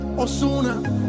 Osuna